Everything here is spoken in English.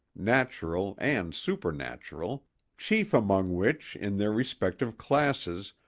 natural and supernatural chief among which, in their respective classes,